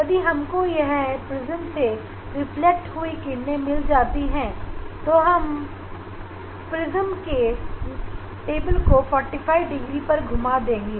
यदि हम को यह ग्रेटिंग से रिफ्लेक्ट हुई किरण मिल जाती है तो हम प्रिज्म टेबल को इंसिडेंट लाइट के हिसाब से 45 डिग्री पर घूमा देंगे